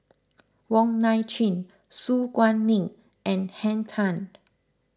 Wong Nai Chin Su Guaning and Henn Tan